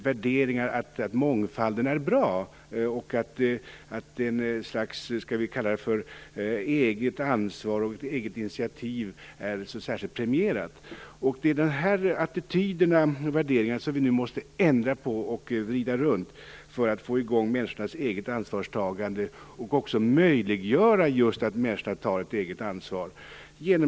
Värderingen att mångfald är bra har inte funnits. Eget ansvar och eget initiativ har inte var särskilt premierat. Dessa attityder och värderingar måste vi nu ändra på, för att få i gång människornas eget ansvarstagande och göra det möjligt för människorna att ta ett eget ansvar.